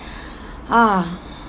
!huh!